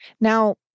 Now